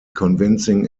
convincing